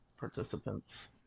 participants